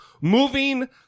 moving